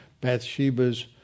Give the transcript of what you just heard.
Bathsheba's